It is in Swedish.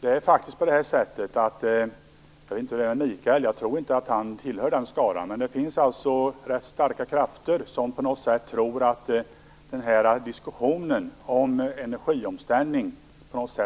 Fru talman! Jag tror inte att Mikael Odenberg tillhör den skaran, men det finns rätt starka krafter som tror att dikussionen om energiomställning